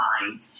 mind